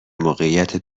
موقعیت